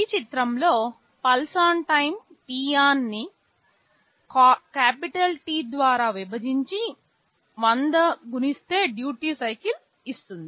ఈ చిత్రంలో pulse on time t on ను కాపిటల్ T ద్వారా విభజించి 100 గుణిస్తే డ్యూటీ సైకిల్ ఇస్తుంది